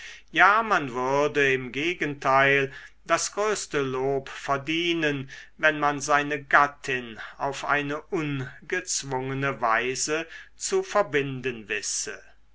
ja man würde im gegenteil das größte lob verdienen wenn man seine gattin auf eine ungezwungene weise zu verbinden wisse